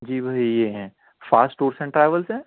جی بھائی یہ ہیں فاسٹ ٹورس اینڈ ٹراولس ہیں